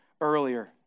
earlier